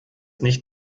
nicht